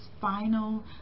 final